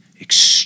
extreme